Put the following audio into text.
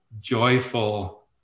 joyful